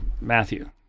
matthew